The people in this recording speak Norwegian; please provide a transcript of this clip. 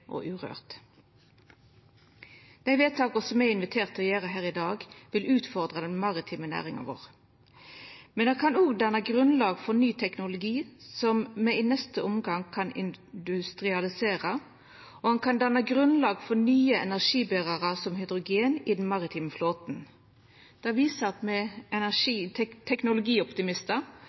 og urørt. Dei vedtaka me er inviterte til å gjera i dag, vil utfordra den maritime næringa vår. Men det kan òg danna grunnlag for ny teknologi som me i neste omgang kan industrialisera. Det kan danna grunnlag for nye energiberarar som hydrogen i den maritime flåten. Det viser at me er